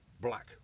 black